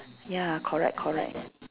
ya correct correct